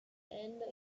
end